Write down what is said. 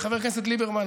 חבר הכנסת ליברמן,